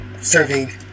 serving